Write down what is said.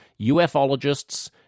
ufologists